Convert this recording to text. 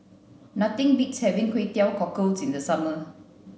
Nothing beats having Kway Teow cockles in the summer